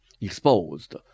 exposed